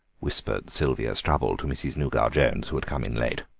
whispered sylvia strubble to mrs. nougat-jones, who had come in late.